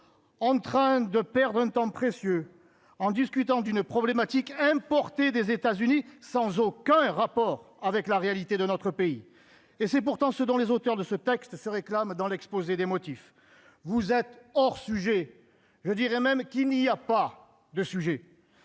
en train de perdre un temps précieux en discutant d'une problématique importée des États-Unis, sans aucun rapport avec la réalité de notre pays et c'est pourtant ce dont les auteurs de ce texte se réclame dans l'exposé des motifs, vous êtes hors sujet, je dirais même qu'il n'y a pas de sujet,